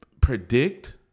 predict